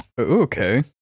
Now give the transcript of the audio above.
Okay